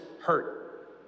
hurt